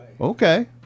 Okay